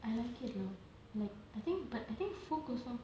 I like it though like I think but I think focus on